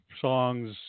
songs